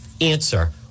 Answer